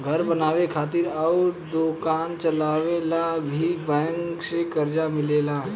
घर बनावे खातिर अउर दोकान चलावे ला भी बैंक से कर्जा मिलेला